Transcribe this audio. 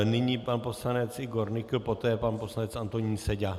Nyní pan poslanec Igor Nykl, poté pan poslanec Antonín Seďa.